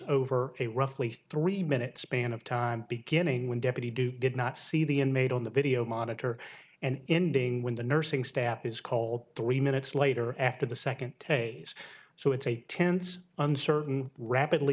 over a roughly three minute span of time beginning when deputy duke did not see the inmate on the video monitor and ending when the nursing staff is called three minutes later after the second so it's a tense uncertain rapidly